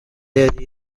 yari